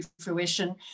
fruition